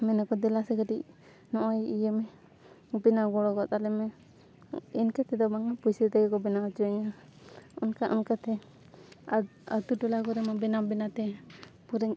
ᱢᱮᱱᱟᱠᱚ ᱫᱮᱞᱟ ᱥᱮ ᱠᱟᱹᱴᱤᱡ ᱱᱚᱜᱼᱚᱸᱭ ᱤᱭᱟᱹ ᱢᱮ ᱵᱮᱱᱟᱣ ᱜᱚᱲᱚ ᱜᱚᱫ ᱟᱞᱮ ᱢᱮ ᱤᱱᱠᱟᱹ ᱛᱮᱫᱚ ᱵᱟᱝ ᱯᱩᱭᱥᱟᱹ ᱛᱮᱜᱮ ᱠᱚ ᱵᱮᱱᱟᱣ ᱚᱪᱚᱣᱟᱹᱧᱟ ᱚᱱᱠᱟ ᱚᱱᱠᱟᱛᱮ ᱟᱛᱳ ᱴᱚᱞᱟ ᱠᱚᱨᱮ ᱢᱟ ᱵᱮᱱᱟᱣ ᱵᱮᱱᱟᱣ ᱛᱮ ᱯᱩᱨᱟᱹᱧ